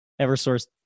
Eversource